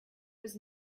was